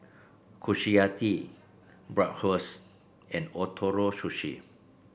Kushiyaki Bratwurst and Ootoro Sushi